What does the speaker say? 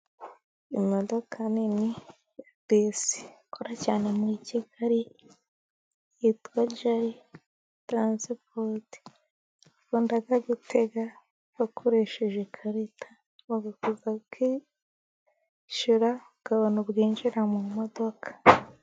Imodoka nini ya bisi ikora cyane muri Kigali yitwa jeyi taransipoti ikunda gutega bakoresheje ikarita ubanza kwishyura abantu bakinjira mu modoka.